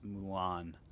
Mulan